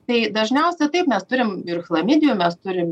tai dažniausia taip mes turim ir chlamidijų mes turim